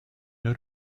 der